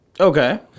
Okay